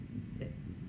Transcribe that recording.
that